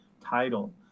Title